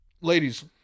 Ladies